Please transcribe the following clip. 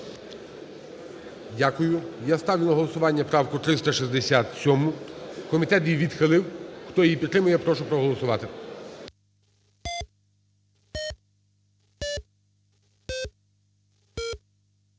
Дякую. Я ставлю на голосування правку 367, комітет її відхилив. Хто її підтримує, прошу проголосувати.